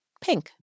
pink